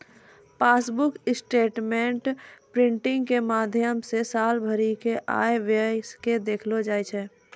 passbook statement printing के माध्यमो से साल भरि के आय व्यय के देखलो जाय छै